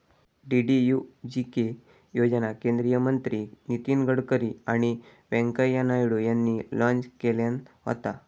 DDUGK योजना केंद्रीय मंत्री नितीन गडकरी आणि व्यंकय्या नायडू यांनी लॉन्च केल्यान होता